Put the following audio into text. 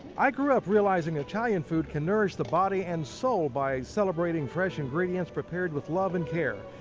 i grew up realizing italian food can nourish the body and soul by celebrating fresh ingredients prepared with love and care.